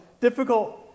difficult